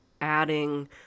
adding